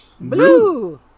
Blue